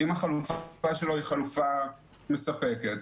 אם החלופה שלו היא חלופה מספקת,